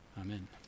Amen